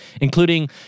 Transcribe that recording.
including